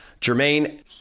Jermaine